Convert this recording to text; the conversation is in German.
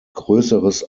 größeres